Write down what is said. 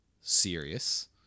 serious